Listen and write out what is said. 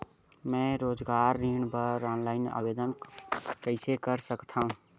मैं रोजगार ऋण बर ऑनलाइन आवेदन कइसे कर सकथव?